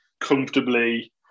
comfortably